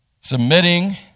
submitting